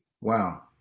wow